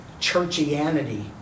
churchianity